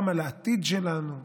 גם על העתיד שלנו.